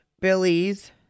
Billy's